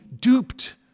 duped